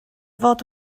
fod